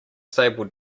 stable